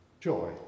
joy